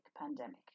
pandemic